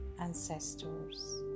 ancestors